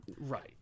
Right